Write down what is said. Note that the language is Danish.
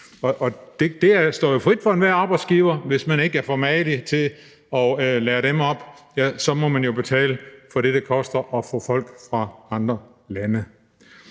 Og det står jo enhver arbejdsgiver frit for, hvis man ikke er for magelig, at lære dem op, og ja, så må man jo betale for det, det koster at få folk fra andre lande.